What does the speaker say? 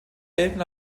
gelten